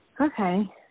Okay